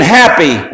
happy